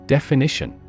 Definition